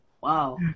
Wow